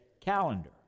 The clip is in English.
calendar